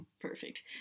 perfect